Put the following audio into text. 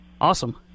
Awesome